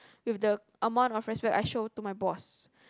with the amount of respect I show to my boss